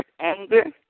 anger